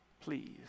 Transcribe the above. please